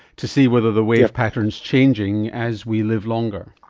to see whether the wave pattern is changing as we live longer.